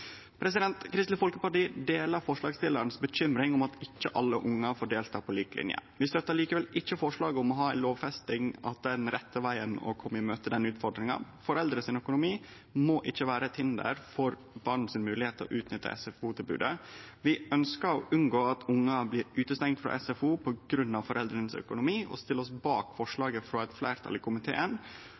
Kristeleg Folkeparti deler bekymringa til forslagsstillarane for at ikkje alle ungar får delta på lik linje. Vi støttar likevel ikkje forslaget om lovfesting, at det er den rette måten å kome i møte den utfordringa på. Økonomien til foreldra må ikkje vere eit hinder for barns moglegheit til å utnytte SFO-tilbodet. Vi ønskjer å unngå at ungar blir utestengde frå SFO på grunn av økonomi, og stiller oss bak tilrådinga frå eit fleirtal i komiteen,